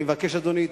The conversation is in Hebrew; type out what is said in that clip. אני מבקש, אדוני,